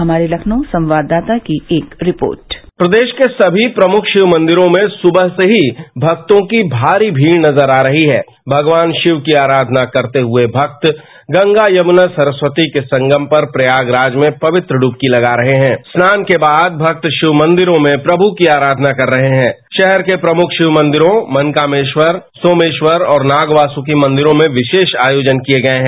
हमारे लखनऊ संवाददाता की एक रिपोर्ट प्रदेश के सभी प्रमुख शिव मंदिरों में सुबह से ही भक्तों की भारी भीड़ नजर आ रही है भगवान शिव की आराधना करते हुए भक्त गंगा यमुना सरस्ती के संगम पर प्रयागराज में पवित्र डुबकी लगा रहे हैं स्नान के बाद भक्त शिव मंदिरों में प्रमु की आराषना कर रहे हैं शहर के प्रमुख सिव मंदिरों मनकामेखर सोमेखर और नाग वासुकी मंदिरों में विरोष आयोजन किए गए हैं